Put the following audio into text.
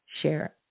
share